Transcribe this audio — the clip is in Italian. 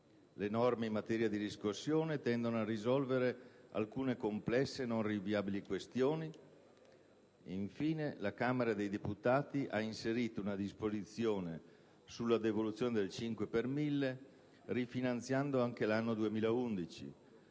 le norme in materia di riscossione tendono a risolvere alcune complesse e non più rinviabili questioni; infine, la Camera dei deputati ha inserito una disposizione sulla devoluzione del 5 per mille, rifinanziando anche l'anno 2011.